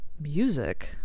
music